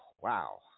wow